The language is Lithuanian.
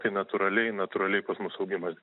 tai natūraliai natūraliai pas mus augimas